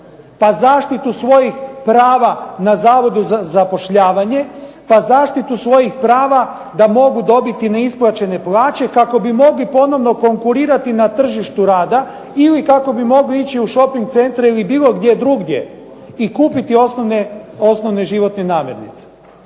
da zaštitu svojih prava na Zavodu za zapošljavanje, pa zaštitu svojih prava da mogu dobiti neisplaćene plaće kako bi mogli ponovno konkurirati na tržištu rada, ili kako bi mogli ići u šoping centre ili bilo gdje drugdje i kupiti osnovne životne namirnice.